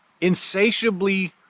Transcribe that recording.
insatiably